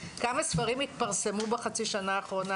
כמה ספרים התפרסמו בחצי השנה האחרונה?